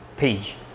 page